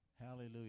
Hallelujah